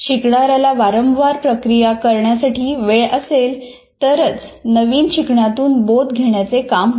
शिकणाऱ्याला वारंवार प्रक्रिया करण्यासाठी वेळ असेल तरच नवीन शिकण्यातून बोध घेण्याचे काम होते